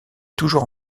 toujours